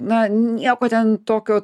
na nieko ten tokio